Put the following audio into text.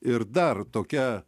ir dar tokia